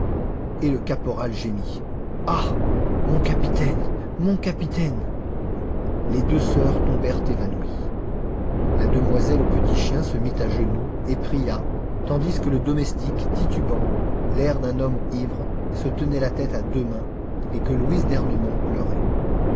et le caporal gémit ah mon capitaine mon capitaine les deux sœurs tombèrent évanouies la demoiselle au petit chien se mit à genoux et pria tandis que le domestique titubant l'air d'un homme ivre se tenait la tête à deux mains et que louise d'ernemont pleurait